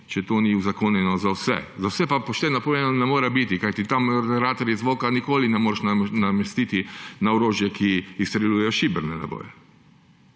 če to ni uzakonjeno za vse. Za vse pa pošteno povedano ne more biti, kajti moderatorje zvoka nikoli ne moreš namestiti na orožje, ki izstreljujejo šibrene naboje.